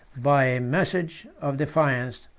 by a message of defiance,